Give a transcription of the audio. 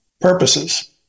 purposes